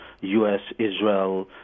U.S.-Israel